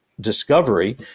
discovery